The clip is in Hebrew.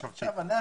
עכשיו אנחנו